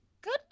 Good